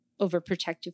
overprotective